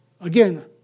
Again